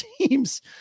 teams